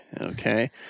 Okay